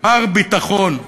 מר ביטחון,